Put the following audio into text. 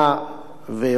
וראש הממשלה